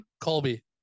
Colby